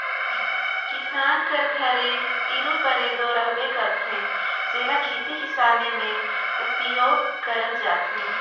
किसान कर घरे इरूपरे दो रहबे करथे, जेला खेती किसानी मे उपियोग करल जाथे